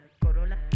corolla